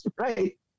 right